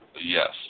Yes